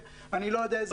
אני לא יודע איזה